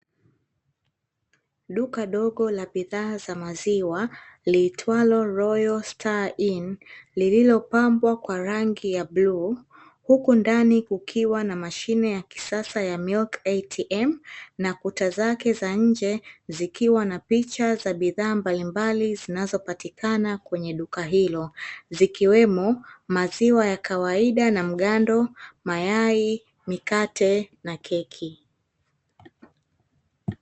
Duka dogo la bidhaa za maziwa, liitwalo "ROYAL STAR INN", lililopambwa kwa rangi ya buluu, huku ndani kukiwa na mashine ya kisasa ya "MILK ATM", na kuta zake za nje zikiwa na picha za bidhaa mbalimbali , zinazopatikana kwenye duka hilo, zikiwemo maziwa ya kawaida na mgando, mayai, mikate, na keki.